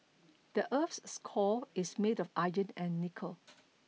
the earth's core is made of iron and nickel